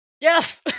Yes